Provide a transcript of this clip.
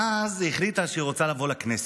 ואז היא החליטה שהיא רוצה לבוא לכנסת,